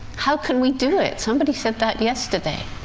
how can we do it? somebody said that yesterday.